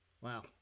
Wow